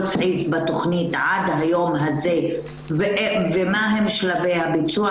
סעיף בתכנית עד היום הזה ומהם שלבי הביצוע,